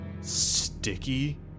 sticky